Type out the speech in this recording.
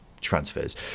transfers